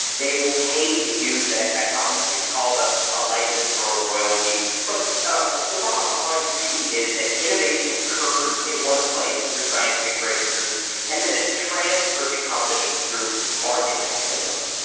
they will pay to use that technology. it's called ah a licence or a royalty. but the bottom line really is that innovation occurs in one place through scientific breakthroughs and then it's transferred to companies through market mechanisms.